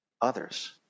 others